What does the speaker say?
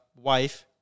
wife